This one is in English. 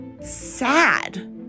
sad